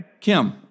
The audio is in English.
Kim